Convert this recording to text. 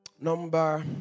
Number